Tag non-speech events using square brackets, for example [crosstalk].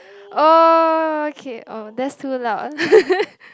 oh okay oh that's too loud [laughs]